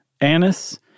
anise